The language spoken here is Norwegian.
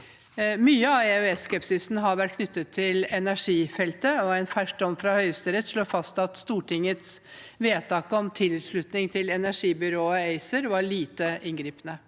Mye av EØS-skepsisen har vært knyttet til energifeltet, og en fersk dom fra Høyesterett slår fast at Stortingets vedtak om tilslutning til energibyrået ACER var lite inngripende.